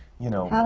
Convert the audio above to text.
you know,